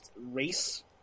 race